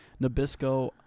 Nabisco